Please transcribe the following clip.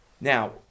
Now